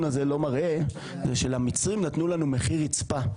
הזה לא מראה זה שלמצרים נתנו לנו מחיר רצפה.